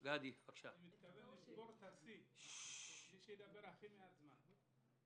אני מתכוון לשבור את השיא מי שידבר הכי מעט זמן.